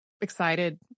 excited